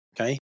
Okay